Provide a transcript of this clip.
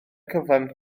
cyfan